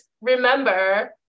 remember